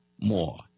more